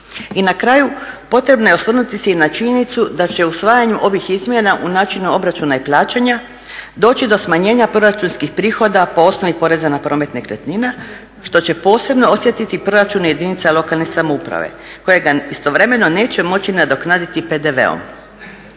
I na kraju, potrebno je osvrnuti se i na činjenicu da će u usvajanju ovih izmjena u načinu obračuna i plaćanja doći do smanjenja proračunskih prihoda po osnovi poreza na promet nekretnina što će posebno osjetiti proračuni jedinice lokalne samouprave kojega istovremeno neće moći nadoknaditi PDV-om.